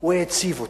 הוא העציב אותי.